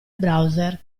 browser